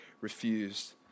refused